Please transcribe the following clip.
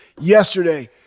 yesterday